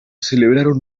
celebraron